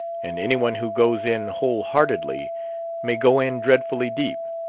and anyone who goes in wholeheartedly may go in dreadfully deep.